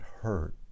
hurt